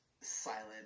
silent